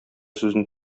сүзен